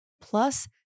Plus